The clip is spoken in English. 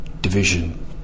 division